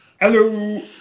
Hello